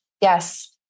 Yes